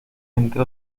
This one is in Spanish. entre